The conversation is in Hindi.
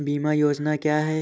बीमा योजना क्या है?